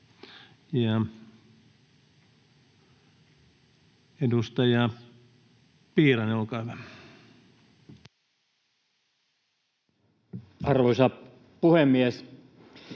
Edustaja Piirainen, olkaa hyvä. Arvoisa puhemies!